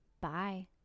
Bye